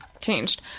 changed